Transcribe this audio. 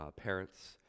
parents